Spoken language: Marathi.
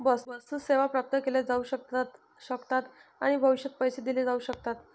वस्तू, सेवा प्राप्त केल्या जाऊ शकतात आणि भविष्यात पैसे दिले जाऊ शकतात